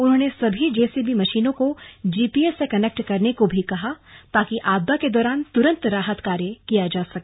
उन्होंने सभी जेसीबी मशीनों को जीपीएस से कनेक्ट करने को भी कहा ताकि आपदा के दौरान तुरंत राहत कार्य किया जा सके